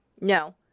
no